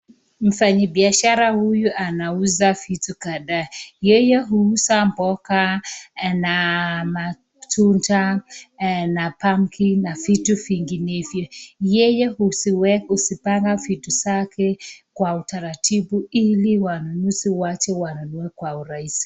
Mfanyibiashara huyu anauza vitu kadhaa yeye uzaa mboga na matunda na pampkin na vitu vinginevyo, yeye uzipanga vitu vyake kwa utaratibu hili wanunusi wake wanunue Kwa urahisi.